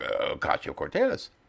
Ocasio-Cortez